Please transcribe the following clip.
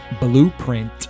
Blueprint